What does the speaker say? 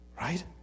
right